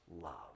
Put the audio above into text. love